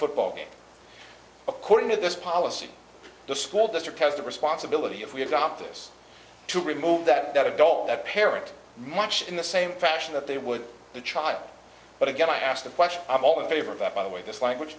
football game according to this policy the school district has a responsibility if we adopt this to remove that adult that parent much in the same fashion that they would the child but again i ask the question i'm all in favor of that by the way this language